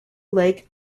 lake